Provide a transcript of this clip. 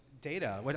data